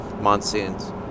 monsoons